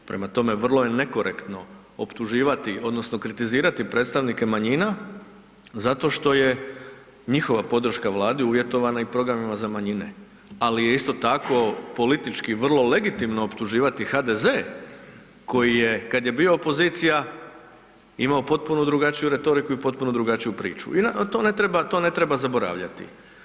Prema tome, vrlo je nekorektno optuživati odnosno kritizirati predstavnike manjina zato što je njihova podrška Vladi uvjetovana i programima za manjine, ali je isto tako politički vrlo legitimno optuživati HDZ koji je kad je bio opozicija imao potpuno drugačiju retoriku i potpuno drugačiju priču i to ne treba, to ne treba zaboravljati.